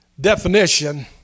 definition